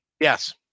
Yes